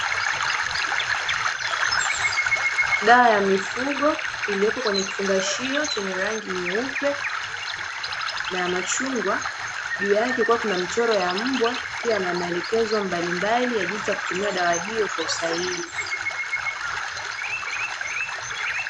Dawa ya mifugo iliyopo kwenye kifungashio chenye rangi nyeupe na machungwa, juu yake kukiwa na mchoro wa mbwa pia na maelekezo mbalimbali ya jinsi ya kutumia dawa hiyo kwa usahihi.